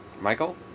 michael